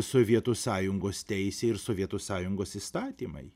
sovietų sąjungos teisė ir sovietų sąjungos įstatymai